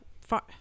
far